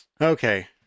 okay